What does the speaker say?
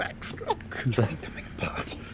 backstroke